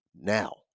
now